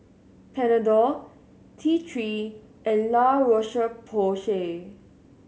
Panadol T Three and La Roche Porsay